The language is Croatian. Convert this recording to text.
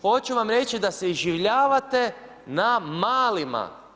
Hoću vam reći da se iživljavate na malima.